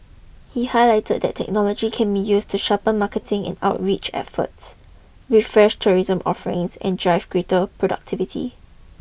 he highlighted that technology can be used to sharpen marketing and outreach efforts refresh tourism offerings and drive greater productivity